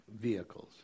vehicles